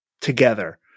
together